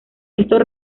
estos